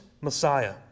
Messiah